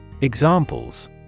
Examples